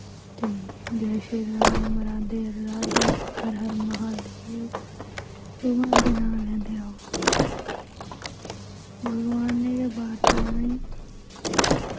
ते जै श्री राम राधे राधे हर हर महादेव भगवान दे नांऽ लैंदे र'वो भगवान ने गै पार टपाना ई